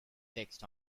fixed